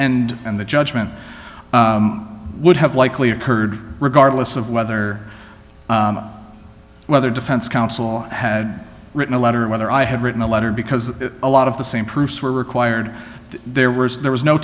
end and the judgment would have likely occurred regardless of whether whether defense counsel had written a letter or whether i had written a letter because a lot of the same proofs were required there were there was no